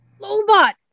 Lobot